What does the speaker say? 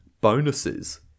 bonuses